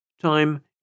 Time